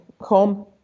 home